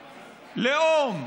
לאום,